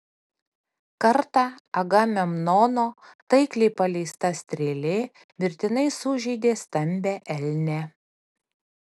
kartą agamemnono taikliai paleista strėlė mirtinai sužeidė stambią elnę